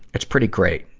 it's pretty great,